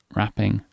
Wrapping